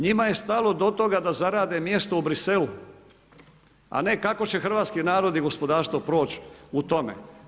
Njima je stalo do toga da zarade mjesto u Briselu a ne kako će hrvatski narod i gospodarstvo proći u tome.